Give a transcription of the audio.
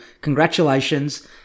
Congratulations